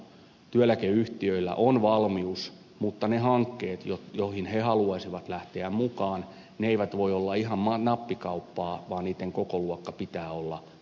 työeläkeyhtiöillä on valmius mutta ne hankkeet joihin ne haluaisivat lähteä mukaan eivät voi olla ihan nappikauppaa vaan niitten kokoluokan pitää olla aika suuri